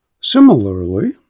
Similarly